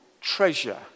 treasure